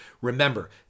Remember